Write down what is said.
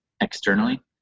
externally